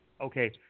Okay